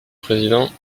président